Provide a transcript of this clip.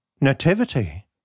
nativity